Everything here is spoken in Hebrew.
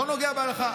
לא נוגע בהלכה.